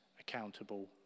accountable